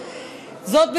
וזאת,